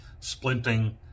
splinting